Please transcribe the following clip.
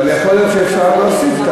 אבל יכול להיות שאפשר להוסיף,